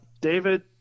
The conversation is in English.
david